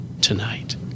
tonight